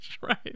right